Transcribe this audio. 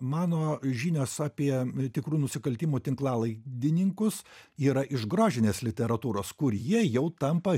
mano žinios apie tikrų nusikaltimų tinklalaidininkus yra iš grožinės literatūros kur jie jau tampa